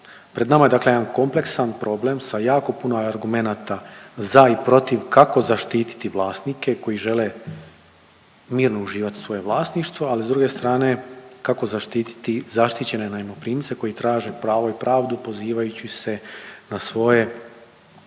Pred nama je dakle jedan kompleksan problem sa jako puno argumenata za i protiv kako zaštiti vlasnike koji žele mirno uživati svoje vlasništvo, ali s druge strane kako zaštititi zaštićene najmoprimce koji traže pravo i pravdu pozivajući se na svoje